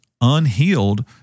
unhealed